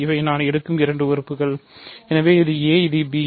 இவை நான் எடுக்கும் இரண்டு உறுப்புகள் எனவே இது a இது b